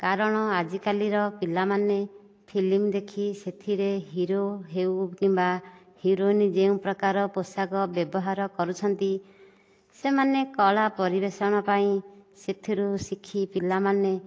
କାରଣ ଆଜି କାଲିର ପିଲାମାନେ ଫିଲ୍ମ ଦେଖିକି ସେହିଥିରେ ହିରୋ ହେଉ କିମ୍ବା ହିରୋଇନ୍ ଯେଉଁ ପ୍ରକାରର ପୋଷାକ ବ୍ୟବହାର କରୁଛନ୍ତି ସେମାନେ କଳା ପରିବେଷଣ ପାଇଁ ସେଥିରୁ ଶିଖି ପିଲାମାନେ